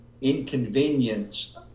inconvenience